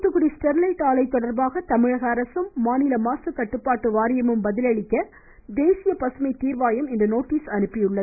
Thoothukudi Sterlite ஆலை தொடர்பாக தமிழக அரசும் மாநில மாசு கட்டுப்பாட்டு வாரியமும் பதில் அளிக்க தேசிய பசுமை தீர்வாயம் இன்று நோட்டீஸ் அனுப்பியுள்ளது